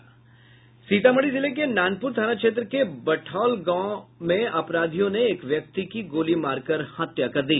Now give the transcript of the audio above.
सीतामढी जिले के नानपुर थाना क्षेत्र के बठौल गांव में अपराधियों ने एक व्यक्ति को गोली मार हत्या कर दी